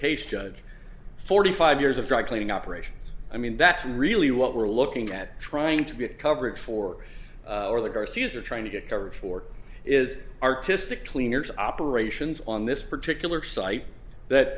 case judge forty five years of dry cleaning operations i mean that's really what we're looking at trying to get coverage for or the garcias are trying to get to reform is artistic cleaners operations on this particular site that